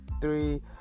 three